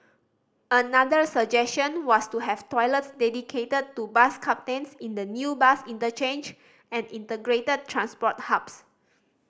another suggestion was to have toilets dedicated to bus captains in the new bus interchange and integrated transport hubs